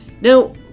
Now